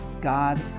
God